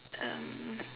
um